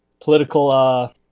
political